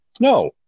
No